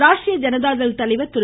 ராஷ்ட்ரீய ஜனதாதள் தலைவர் திரு